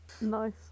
Nice